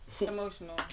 emotional